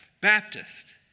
Baptist